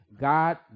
God